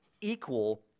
equal